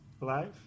life